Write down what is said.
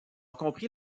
compris